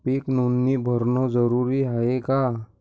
पीक नोंदनी भरनं जरूरी हाये का?